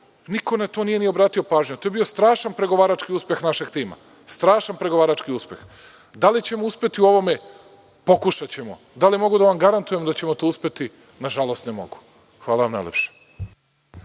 Niko na to nije obratio pažnju, a to je bio strašan pregovarački uspeh našeg tima. Da li ćemo uspeti u ovome? Pokušaćemo. Da li mogu da vam garantujem da ćemo to uspeti? Na žalost, ne mogu. Hvala najlepše.